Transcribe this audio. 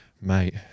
mate